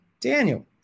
Daniel